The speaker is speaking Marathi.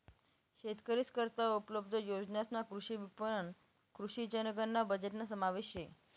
शेतकरीस करता उपलब्ध योजनासमा कृषी विपणन, कृषी जनगणना बजेटना समावेश शे